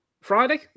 Friday